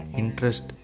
interest